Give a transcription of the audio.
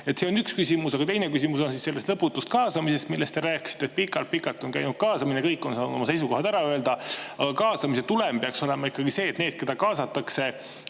See on üks küsimus. Aga teine küsimus on selle lõputu kaasamise kohta, millest te rääkisite. Pikalt-pikalt on käinud kaasamine, kõik on saanud oma seisukohad ära öelda. Kaasamise tulem peaks olema ikkagi see, et mingi tulemus tuleb